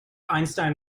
einstein